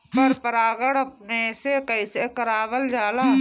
पर परागण अपने से कइसे करावल जाला?